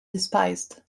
despised